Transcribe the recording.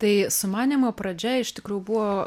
tai sumanymo pradžia iš tikrųjų buvo